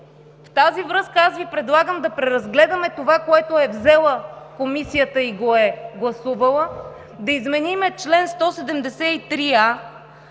В тази връзка Ви предлагам да преразгледаме това, което е взела Комисията и го е гласувала, да изменим чл. 173а,